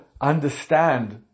understand